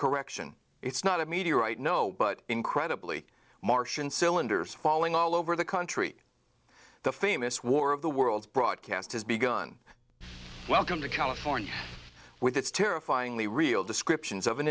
correction it's not a meteorite no but incredibly martian cylinders falling all over the country the famous war of the worlds broadcast has begun welcome to california with its terrifyingly real descriptions of an